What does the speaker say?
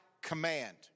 command